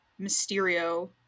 Mysterio